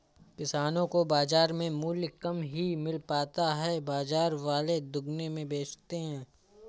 किसानो को बाजार में मूल्य कम ही मिल पाता है बाजार वाले दुगुने में बेचते है